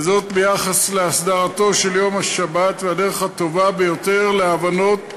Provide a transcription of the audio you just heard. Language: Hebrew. וזאת ביחס להסדרתו של יום השבת והדרך הטובה ביותר להבנות